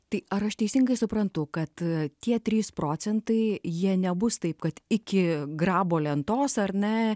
tai ar aš teisingai suprantu kad tie trys procentai jie nebus taip kad iki grabo lentos ar ne